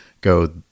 go